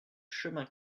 chemin